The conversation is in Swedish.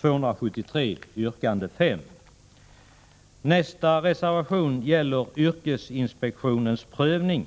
273 yrkande 5. Nästa reservation gäller yrkesinspektionens prövning.